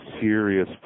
serious